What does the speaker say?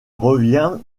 revient